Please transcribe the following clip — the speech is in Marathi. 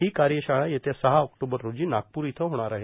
ही कार्यशाळा येत्या सहा ऑक्टोबर रोजी नागपूर इथं होणार आहे